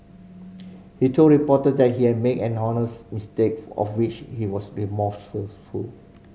he told reporters that he had made an honest mistake of which he was